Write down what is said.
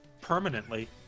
permanently